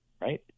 Right